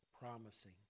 promising